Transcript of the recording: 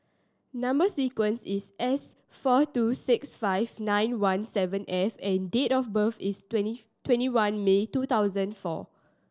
number sequence is S four two six five nine one seven F and date of birth is twentieth twenty one May two thousand and four